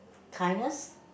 kindness